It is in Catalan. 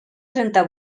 trenta